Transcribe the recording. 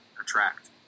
attract